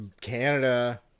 Canada